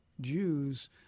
Jews